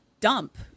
dump